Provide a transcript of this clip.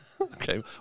Okay